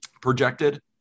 projected